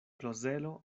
klozelo